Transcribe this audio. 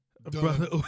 Brother